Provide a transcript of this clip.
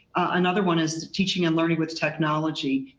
another one is teaching and learning with technology.